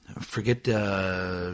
forget –